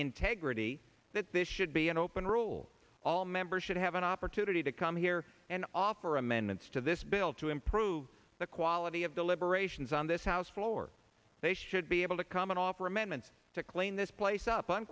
integrity that this should be an open rule all members should have an opportunity to come here and offer amendments to this bill to improve the quality of deliberations on this house floor they should be able to come and offer amendments to clean this place up